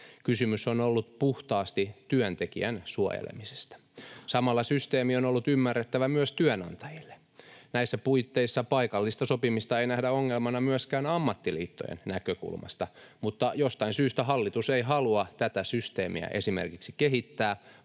Kysymys on ollut puhtaasti työntekijän suojelemisesta. Samalla systeemi on ollut ymmärrettävä myös työnantajille. Näissä puitteissa paikallista sopimista ei nähdä ongelmana myöskään ammattiliittojen näkökulmasta, mutta jostain syystä hallitus ei halua tätä systeemiä esimerkiksi kehittää